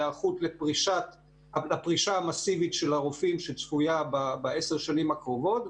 להיערכות לפרישה המסיבית של הרופאים שצפויה בעשר השנים הקרובות.